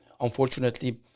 unfortunately